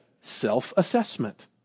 self-assessment